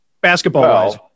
basketball-wise